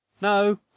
No